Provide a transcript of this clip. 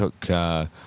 took